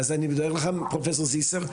אז אני מודה לך, פרופ' זיסר.